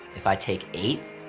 if i take eighth,